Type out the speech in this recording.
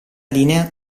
linea